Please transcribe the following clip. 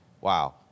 wow